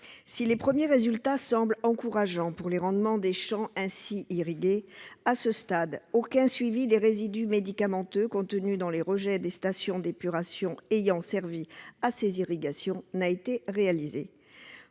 Si les premiers résultats semblent encourageants en termes de rendements des champs ainsi irrigués, aucun suivi des résidus médicamenteux contenus dans les rejets des stations d'épuration ayant servi à ces irrigations n'a encore été réalisé.